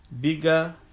Bigger